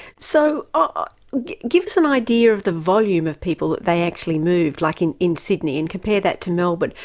so ah give us an idea of the volume of people that they actually moved, like in in sydney, and compare that to melbourne. but